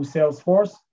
Salesforce